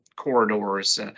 corridors